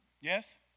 Yes